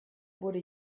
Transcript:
wurde